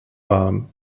waren